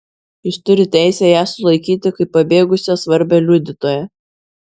jis turi teisę ją sulaikyti kaip pabėgusią svarbią liudytoją